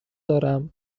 دارم